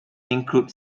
include